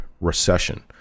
recession